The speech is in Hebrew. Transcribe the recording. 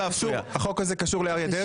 החוק הזה קשור לאריה דרעי?